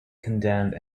condemned